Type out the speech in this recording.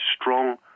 strong